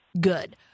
good